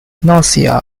nausea